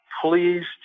please